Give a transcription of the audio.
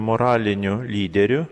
moraliniu lyderiu